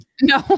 no